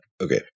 Okay